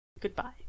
Goodbye